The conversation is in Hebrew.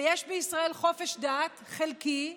ויש בישראל חופש דת חלקי,